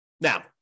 Now